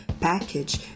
package